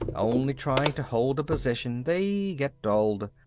only trying to hold a position, they get dulled.